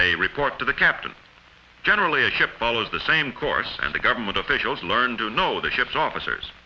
they report to the captain generally a ship follows the same course and the government officials learn to know the ship's officers